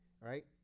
right